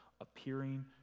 appearing